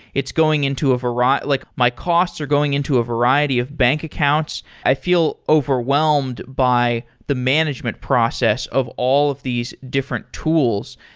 it's going into a like my costs are going into a variety of bank accounts. i feel overwhelmed by the management process of all of these different tools.